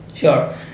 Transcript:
Sure